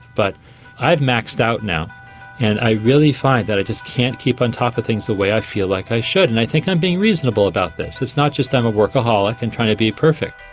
but i've maxed out now and i really find that i just can't keep on top of things the way i feel like i should. and i think i'm being reasonable about this, it's not just that i'm a workaholic and trying to be perfect.